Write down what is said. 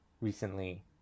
recently